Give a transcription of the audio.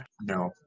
No